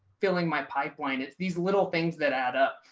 filling my pipeline. it's these little things that add up.